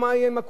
הוא גם ביקש.